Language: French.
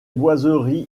boiseries